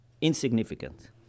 insignificant